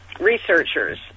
Researchers